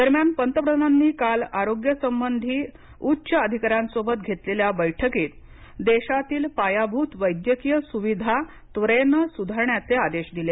दरम्यान पंतप्रधानांनी काल आरोग्यसंबंधी उच्च अधिकाऱ्यांसोबत घेतलेल्या बैठकीत देशातील पायाभूत वैद्यकीय सुविधा त्वरेनं सुधारण्याचे आदेश दिले